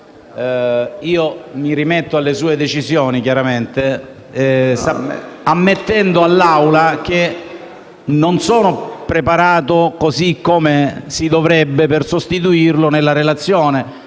mi rimetto alle sue decisioni, Presidente, ammettendo che non sono preparato, così come si dovrebbe, per sostituirlo nella relazione.